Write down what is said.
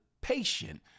patient